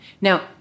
Now